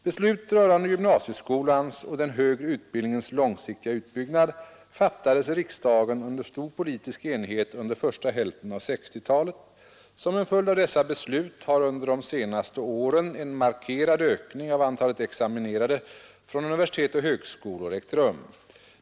Beslut rörande gymnasieskolans och den högre utbildningens långsiktiga utbyggnad fattades i riksdagen under stor politisk enighet under första hälften av 1960-talet. Som en följd av dessa beslut har under de senaste åren en markerad ökning av antalet examinerade från universitet och högskolor ägt rum.